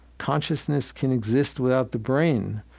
consciousness can exist without the brain.